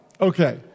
okay